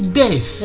death